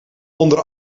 onder